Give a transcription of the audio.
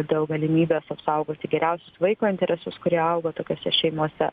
dėl galimybės apsaugoti geriausius vaiko interesus kurie auga tokiose šeimose